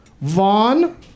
Vaughn